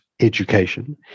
education